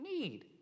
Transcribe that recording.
need